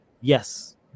Yes